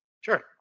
Sure